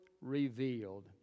Revealed